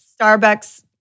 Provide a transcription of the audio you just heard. Starbucks